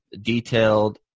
detailed